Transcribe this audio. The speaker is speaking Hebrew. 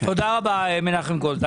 תודה רבה, מנחם גולד.